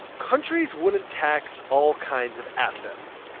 countries wouldn't tax all kinds of assets.